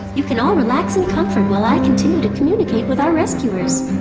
you can all relax in comfort while i continue to communicate with our rescuers